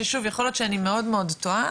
ששוב יכול להיות שאני מאוד מאוד טועה,